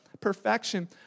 perfection